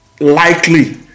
likely